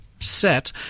set